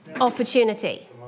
opportunity